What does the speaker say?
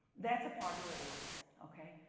that's a part where it works, okay?